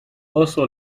also